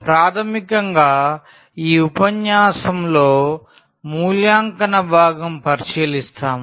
ప్రాథమికంగా ఈ ఉపన్యాసంలో మూల్యాంకన భాగం పరిశీలిస్తాము